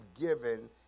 given